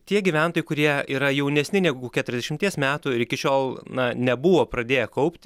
tie gyventojai kurie yra jaunesni negu keturiasdešimties metų ir iki šiol na nebuvo pradėję kaupti